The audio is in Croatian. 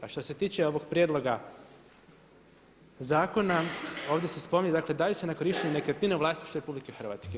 A što se tiče ovog prijedloga zakona ovdje se spominje, dakle daju se na korištenje nekretnine u vlasništvu RH.